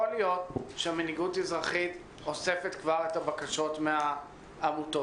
יכול להיות שמנהיגות אזרחית אוספת כבר את הבקשות מהעמותות.